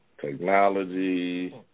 technology